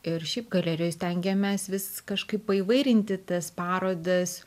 ir šiaip galerijoj stengiamės vis kažkaip paįvairinti tas parodas